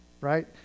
Right